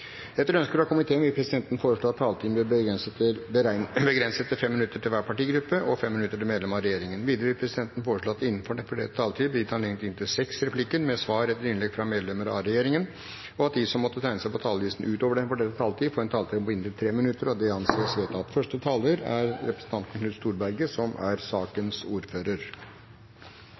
Etter ønske fra næringskomiteen vil presidenten foreslå at taletiden blir begrenset til 5 minutter til hver partigruppe og 5 minutter til medlemmer av regjeringen. Videre vil presidenten foreslå at det blir gitt anledning til inntil seks replikker med svar etter innlegg fra medlemmer av regjeringen innenfor den fordelte taletid, og at de som måtte tegne seg på talerlisten utover den fordelte taletid, får en taletid på inntil 3 minutter. – Det anses vedtatt. Som komiteen sier i sin innstilling, er dette noe som er